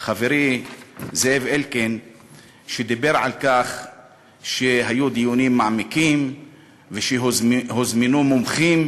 חברי זאב אלקין מדבר על כך שהיו דיונים מעמיקים ושהוזמנו מומחים.